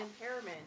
impairment